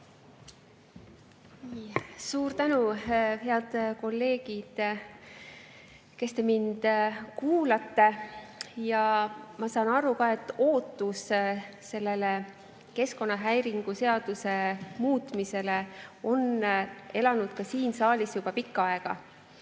Suur tänu! Head kolleegid, kes te mind kuulate! Ma saan aru, et ootus selle keskkonnahäiringu seaduse muutmise suhtes on elanud siin saalis juba pikka aega.